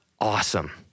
awesome